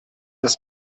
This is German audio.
das